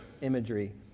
imagery